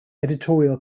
editorial